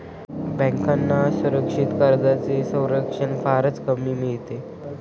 बँकांना असुरक्षित कर्जांचे संरक्षण फारच कमी मिळते